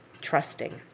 Trusting